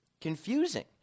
confusing